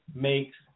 makes